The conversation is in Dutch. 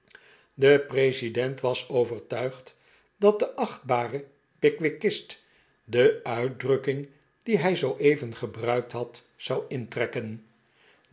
de president was overtuigd dat de achtde pick wick club bare pickwickist de uitdrukking die hij zooeven gebruikt had zou intrekken